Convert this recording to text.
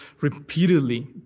repeatedly